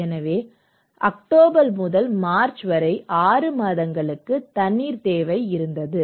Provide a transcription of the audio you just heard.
எனவே அக்டோபர் முதல் மார்ச் வரை 6 மாதங்களுக்கு தண்ணீர் தேவை இருந்தது